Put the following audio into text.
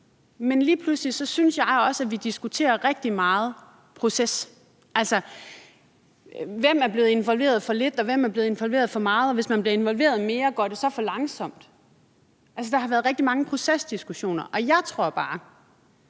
men lige pludselig synes jeg også, at vi diskuterer proces rigtig meget. Altså, hvem er blevet involveret for lidt, og hvem er blevet involveret for meget? Og hvis man bliver involveret mere, går det så for langsomt? Der er rigtig mange procesdiskussioner. Jeg tror bare,